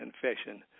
confession